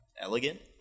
elegant